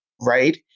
right